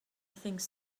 things